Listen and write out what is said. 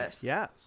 Yes